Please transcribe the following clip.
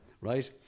right